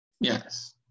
Yes